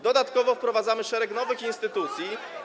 Dodatkowo wprowadzamy szereg nowych instytucji.